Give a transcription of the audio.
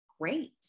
great